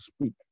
speak